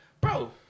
Bro